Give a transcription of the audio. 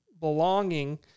belonging